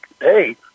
hey